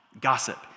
Gossip